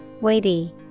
Weighty